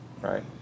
right